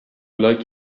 like